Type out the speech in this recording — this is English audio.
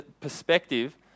perspective